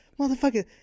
motherfucker